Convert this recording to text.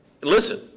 Listen